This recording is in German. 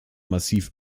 massiv